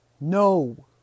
No